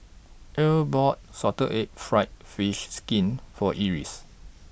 Earl bought Salted Egg Fried Fish Skin For Eris